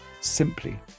Simply